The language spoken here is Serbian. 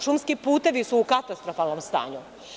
Šumski putevi su u katastrofalnom stanju.